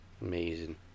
Amazing